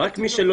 רק מי שלא ייקלט.